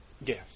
Yes